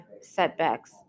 setbacks